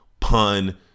Pun